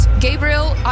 Gabriel